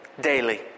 Daily